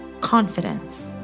confidence